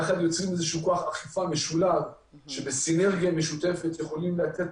יחד יוצרים כוח אכיפה משולב שבסינרגיה משותפת יכולים לתת